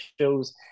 shows